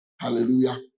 Hallelujah